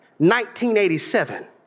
1987